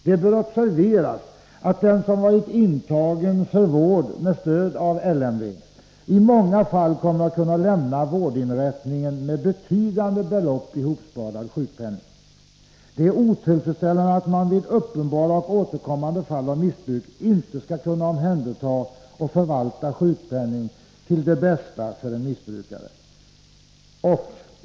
Det bör observeras att den som varit intagen för vård med stöd av LVM i många fall kommer att kunna lämna vårdinrättningen med betydande belopp ihopsparad sjukpenning. Det är otillfredsställande att man vid uppenbara och återkommande fall av missbruk inte skall kunna omhänderta och förvalta sjukpenning till det bästa för en missbrukare.